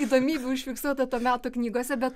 įdomybių užfiksuota to meto knygose bet